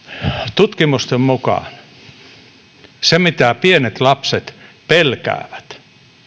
tutkimusten mukaan se mitä pienet lapset pelkäävät